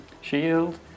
Shield